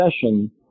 session